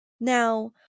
now